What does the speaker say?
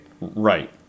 Right